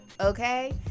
okay